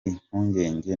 impungenge